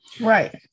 Right